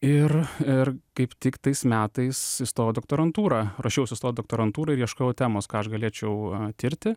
ir ir kaip tik tais metais įstojau į doktorantūrą ruošiausi stot į doktorantūrą ir ieškojau temos ką aš galėčiau tirti